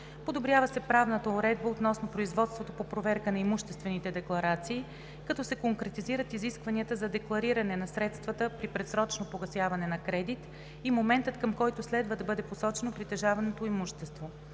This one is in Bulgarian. Подобрява се правната уредба относно производството по проверка на имуществените декларации, като се конкретизират изискванията за деклариране на средствата при предсрочно погасяване на кредит и моментът, към който следва да бъде посочено притежаваното имущество.